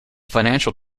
financial